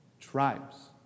tribes